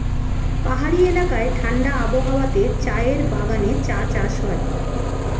পাহাড়ি এলাকায় ঠাণ্ডা আবহাওয়াতে চায়ের বাগানে চা চাষ হয়